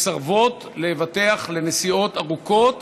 מסרבות לבטח לנסיעות ארוכות